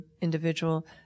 individual